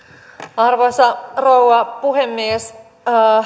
arvoisa rouva puhemies